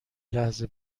لحظه